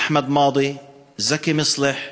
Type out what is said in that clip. אחמד מאדי, זכי מצלח,